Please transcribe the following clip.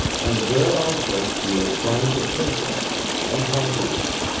and there also you will find the pigeon and happiness.